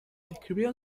escribieron